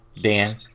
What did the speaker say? Dan